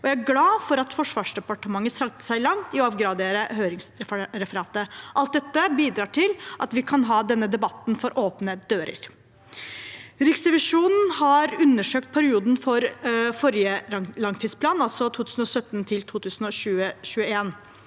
jeg er glad for at Forsvarsdepartementet strakk seg langt i å avgradere høringsreferatet. Alt dette bidrar til at vi kan ha denne debatten for åpne dører. Riksrevisjonen har undersøkt perioden for forrige langtidsplan, altså 2017–2020.